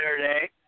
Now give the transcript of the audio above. Saturday